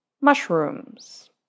mushrooms